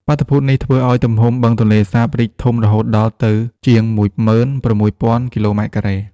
បាតុភូតនេះធ្វើឲ្យទំហំបឹងទន្លេសាបរីកធំរហូតដល់ទៅជាង ១៦.០០០ គីឡូម៉ែត្រការ៉េ។